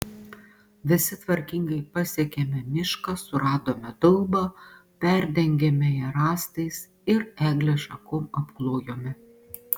visi tvarkingai pasiekėme mišką suradome daubą perdengėme ją rąstais ir eglės šakom apklojome